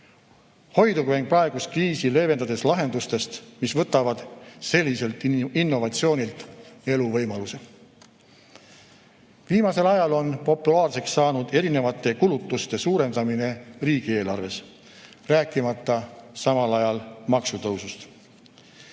Hoidugem praegust kriisi leevendades lahendustest, mis võtavad selliselt innovatsioonilt eluvõimaluse. Viimasel ajal on populaarseks saanud erinevate kulutuste suurendamine riigieelarves, rääkimata samal ajal maksutõusust.